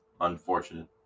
Unfortunate